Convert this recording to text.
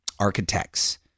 architects